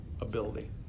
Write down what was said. ability